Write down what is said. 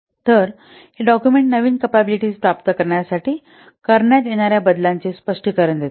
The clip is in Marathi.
तर हे डाक्युमेंट नवीन कपॅबिलिटी प्राप्त करण्यासाठी करण्यात येणार्या बदलांचे स्पष्टीकरण देते